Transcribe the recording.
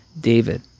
David